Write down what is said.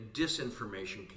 disinformation